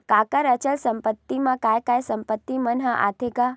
कका अचल संपत्ति मा काय काय संपत्ति मन ह आथे गा?